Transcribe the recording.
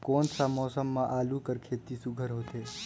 कोन सा मौसम म आलू कर खेती सुघ्घर होथे?